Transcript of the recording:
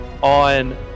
on